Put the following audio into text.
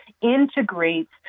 integrates